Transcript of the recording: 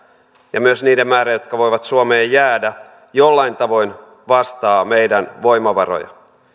ja myös niiden määrä jotka voivat suomeen jäädä jollain tavoin vastaavat meidän voimavaroja